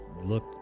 look